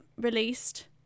released